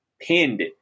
pinned